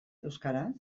euskaraz